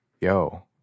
yo